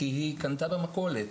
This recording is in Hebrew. כי היא קנתה במכולת.